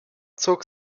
zog